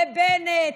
לבנט,